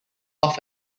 off